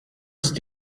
ist